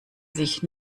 sich